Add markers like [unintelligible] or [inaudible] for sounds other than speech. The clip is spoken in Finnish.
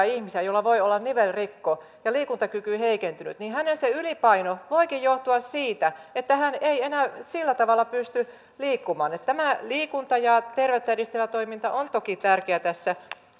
[unintelligible] ihmisiä joilla voi olla nivelrikko ja liikuntakyky heikentynyt niin hänen ylipainonsa voikin johtua siitä että hän ei enää sillä tavalla pysty liikkumaan tämä liikunta ja terveyttä edistävä toiminta on toki tärkeä tässä